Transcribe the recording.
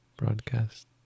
broadcast